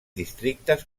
districtes